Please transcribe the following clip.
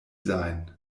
sein